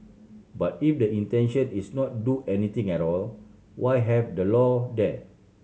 but if the intention is not do anything at all why have the law there